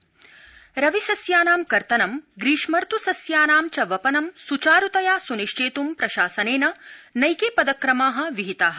केन्द्रप्रशासनम् रवि सस्यानां कर्तनं ग्रीष्मर्त् सस्यानां च वपनं स्चारुतया स्निश्चेत्ं प्रशासनेन नैके पदक्रमा विहिता